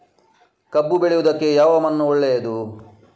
ಕಬ್ಬು ಬೆಳೆಯುವುದಕ್ಕೆ ಯಾವ ಮಣ್ಣು ಒಳ್ಳೆಯದು?